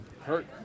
hurt